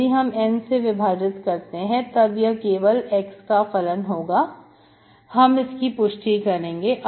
यदि हम N से विभाजित करते हैं तब यह केवल x का फलन होगा हम इसकी पुष्टि करेंगे